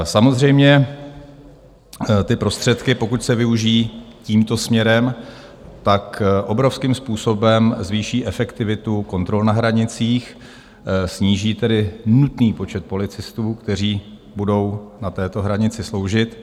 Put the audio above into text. Samozřejmě ty prostředky, pokud se využijí tímto směrem, obrovským způsobem zvýší efektivitu kontrol na hranicích, sníží tedy nutný počet policistů, kteří budou na této hranici sloužit.